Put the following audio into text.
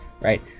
right